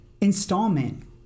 installment